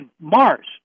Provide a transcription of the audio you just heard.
Mars